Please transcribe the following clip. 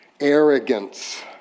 Arrogance